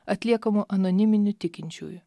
atliekamu anoniminių tikinčiųjų